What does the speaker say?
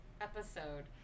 episode